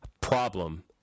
problem